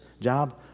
job